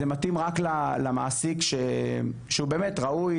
זה מתאים רק למעסיק שהוא באמת ראוי